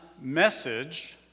message